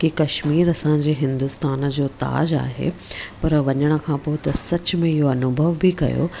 की कश्मीर असांजे हिंदुस्तान जो ताजु आहे पर वञण खां पोइ त सच में इहो अनुभव बि कयो